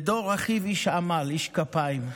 דור אחיו, איש עמל, איש כפיים,